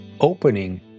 opening